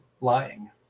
lying